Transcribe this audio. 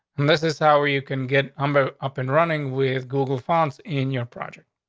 and this is how you can get number up and running with google fonts in your project.